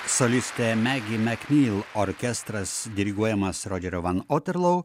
solistė megi mek nil orkestras diriguojamas rodžerio van otterloo